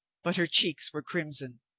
but her cheeks were crimson.